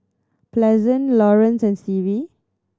Pleasant Laurence and Stevie